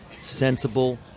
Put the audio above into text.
sensible